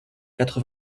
quatre